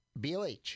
BLH